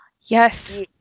yes